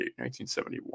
1971